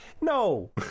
no